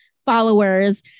Followers